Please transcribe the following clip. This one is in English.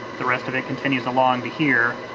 the rest of it continues along to here,